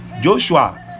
joshua